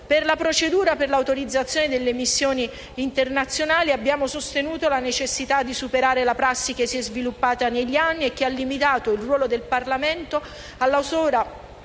Per la procedura di autorizzazione delle missioni internazionali abbiamo sostenuto la necessità di superare la prassi che si è sviluppata negli anni e che ha limitato il ruolo del Parlamento alla sola